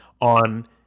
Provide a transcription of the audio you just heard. on